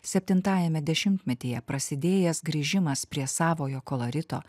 septintajame dešimtmetyje prasidėjęs grįžimas prie savojo kolorito